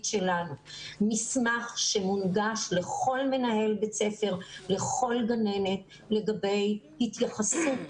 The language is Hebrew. שלנו מסמך שמונגש לכל מנהל בית ספר ולכל גננת לגבי התייחסות